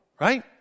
right